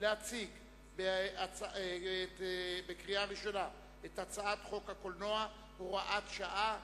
להציג לקריאה ראשונה את הצעת חוק הקולנוע (הוראת שעה)